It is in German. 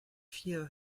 vier